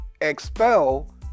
expel